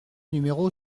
numéro